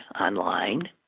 online